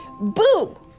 boo